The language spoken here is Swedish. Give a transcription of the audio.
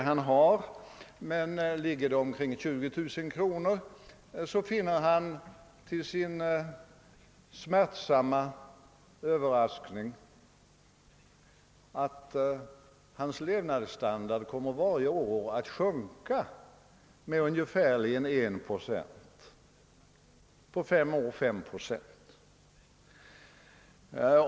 Om detta är omkring 20000 kr., finner han till sin smärtsamma överraskning att hans levnadsstandard varje år kommer att sjunka med ungefär 1 procent — på fem år cirka 5 procent.